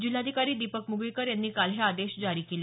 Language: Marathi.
जिल्हाधिकारी दीपक मुगळीकर यांनी काल हे आदेश जारी केले